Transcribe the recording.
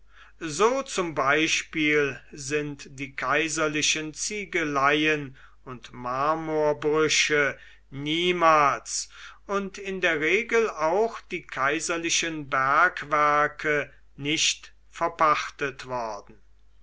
so zum beispiel sind die kaiserlichen ziegeleien und marmorbrüche niemals und in der regel auch die kaiserlichen bergwerke nicht verpachtet worden